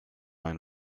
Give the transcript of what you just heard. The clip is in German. ein